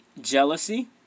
jealousy